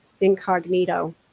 incognito